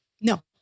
No